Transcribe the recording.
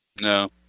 No